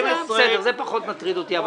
זה פחות מטריד אותי.